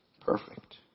perfect